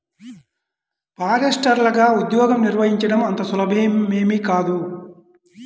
ఫారెస్టర్లగా ఉద్యోగం నిర్వహించడం అంత సులభమేమీ కాదు